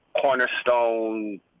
cornerstone